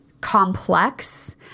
complex